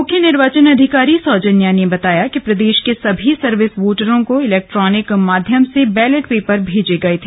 मुख्य निर्वाचन अधिकारी सौजन्या ने बताया कि प्रदेश के सभी सर्विस वोटरों को इलेक्ट्रॉनिक माध्यम से बैलेट पेपर भेजा गया था